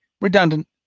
redundant